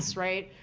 right?